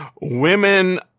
women